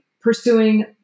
pursuing